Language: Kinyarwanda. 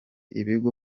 ibigo